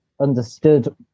understood